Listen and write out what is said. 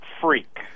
freak